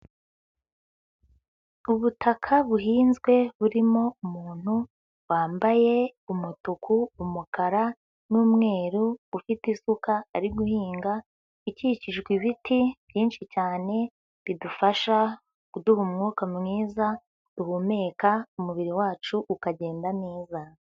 Ubutaka buhinzwe burimo umuntu wambaye umutuku, umukara n'umweru ufite isuka ari guhinga ukikijwe ibiti byinshi cyane bidufasha kuduha umwuka mwiza duhumeka umubiri wacu ukagenda neza.